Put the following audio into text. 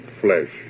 flesh